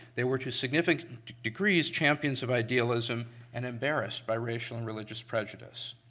they were to significant degrees champions of idealism and embarrassed by racial and religious prejudice.